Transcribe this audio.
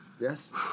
Yes